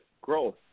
growth